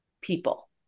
people